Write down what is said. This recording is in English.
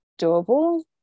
doable